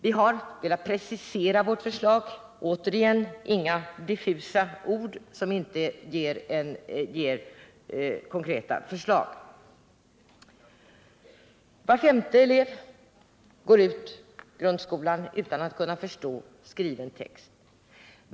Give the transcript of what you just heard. Vi har velat precisera vårt förslag — återigen inga diffusa ord som inte ger konkreta förslag. Var femte elev går ut grundskolan utan att kunna förstå skriven text.